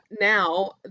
now